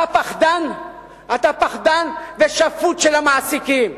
אתה פחדן ושפוט של המעסיקים.